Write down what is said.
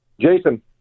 Jason